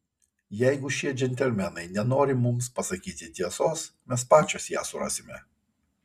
jeigu šie džentelmenai nenori mums pasakyti tiesos mes pačios ją surasime